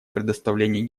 предоставлении